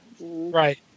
Right